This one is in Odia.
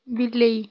ବିଲେଇ